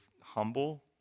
humble